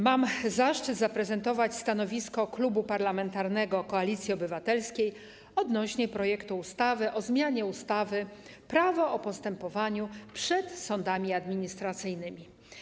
Mam zaszczyt zaprezentować stanowisko Klubu Parlamentarnego Koalicja Obywatelska odnośnie do projektu ustawy o zmianie ustawy - Prawo o postępowaniu przed sądami administracyjnymi.